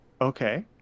okay